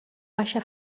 baixa